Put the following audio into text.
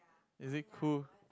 is it cool